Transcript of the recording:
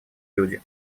люди